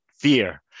fear